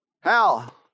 Hal